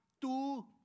two